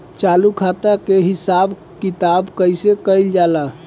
चालू खाता के हिसाब किताब कइसे कइल जाला?